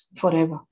forever